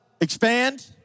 expand